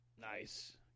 Nice